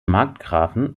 markgrafen